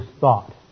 thought